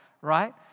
right